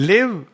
Live